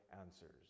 answers